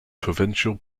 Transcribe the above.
provincial